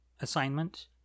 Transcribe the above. assignment